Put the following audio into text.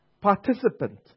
participant